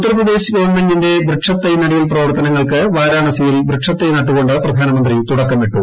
ഉത്തർപ്രദേശ് ഗവൺമെന്റിന്റെ വൃക്ഷത്തെ നടീൽ പ്രവർത്തനങ്ങൾക്ക് വാരാണസിയിൽ വൃക്ഷത്തൈ നട്ട് കൊണ്ട് പ്രധാനമന്ത്രി തുടക്കമിട്ടു